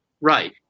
Right